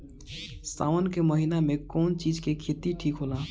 सावन के महिना मे कौन चिज के खेती ठिक होला?